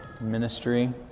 ministry